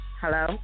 Hello